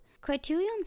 Criterion